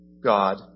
God